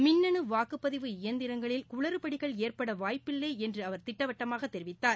மின்னு வாக்குப்பதிவு இயந்திரங்களில் குளறுபடிகள் ஏற்பட வாய்ப்பில்லை என்று அவர் திட்டவட்டமாக தெரிவித்தார்